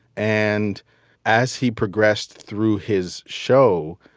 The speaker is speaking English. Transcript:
and as he progressed through his show,